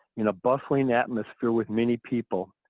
in a bustling atmosphere with many people,